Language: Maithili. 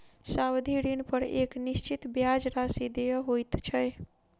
सावधि ऋणपर एक निश्चित ब्याज राशि देय होइत छै